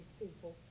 people